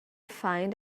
find